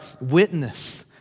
witness